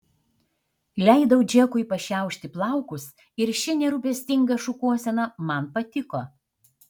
leidau džekui pašiaušti plaukus ir ši nerūpestinga šukuosena man patiko